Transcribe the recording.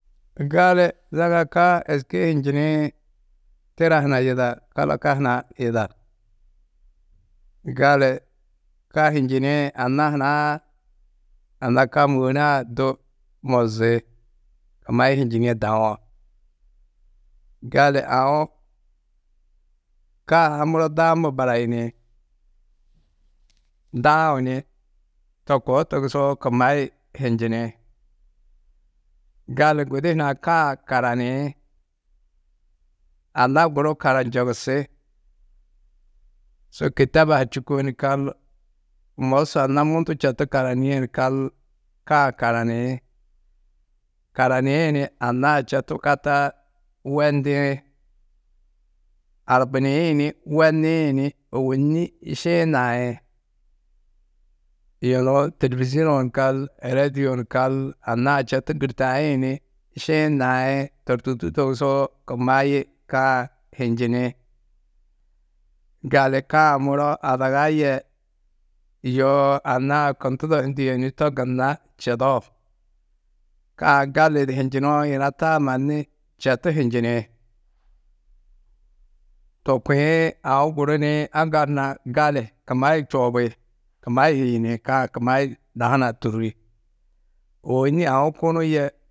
Gali zaga ka êske hinjinĩ tira huna yida, kalaka huna yida. Gali ka hinjinĩ anna hunã anna ka môore-ã du mozi. Kumayi hinjinîe dawo. Gali aũ ka-ã ha muro daammo barayini. Daũ ni to koo togusoo kumayi hinjini. Gali gudi hunã ka-ã karaniĩ anna guru kara njogusi su kîtaba ha čûkoo ni kal mosu anna mundu četu karanîe kal, ka-ã karaniĩ. Karaniĩ ni anna-ã četu ka taa wendiĩ, arbiniĩ ni, wenniĩ ni ôwonni šiĩ naĩ. Yunu têlevizinuo ni kal, êredio ni kal, anna-ã četu gîrtaĩ ni, šiĩ naĩ to tûrtu togusoo kumayi ka-ã hinjini. Gali ka-ã muro adaga yê yoo anna-ã kundudo hundu yê yunu to gunna čedo. Ka-ã gali di hunjinoo yina taa mannu četu hinjini. To kuĩ aũ guru ni, aŋgal hunã gali kumayi čoobi kumayi hiyini ka-ã kumayi da hunã tûrri. Ôwonni aũ kunu yê.